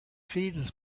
feeds